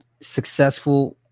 successful